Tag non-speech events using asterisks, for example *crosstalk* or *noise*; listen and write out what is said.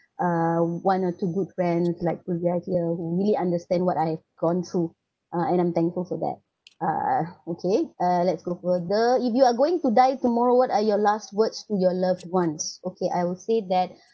uh one or two good friends like Kuzia here who really understand what I gone through uh and I'm thankful for that (uh)okay uh let's go further if you are going to die tomorrow what are your last words to your loved ones okay I will say that *breath* uh